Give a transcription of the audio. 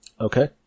Okay